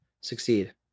succeed